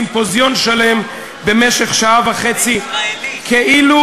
סימפוזיון שלם במשך שעה וחצי כאילו,